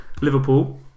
Liverpool